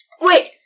Wait